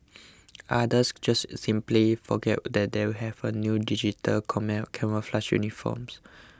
others just simply forgot that they have a new digital camouflage uniforms